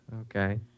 Okay